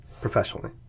professionally